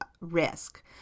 risk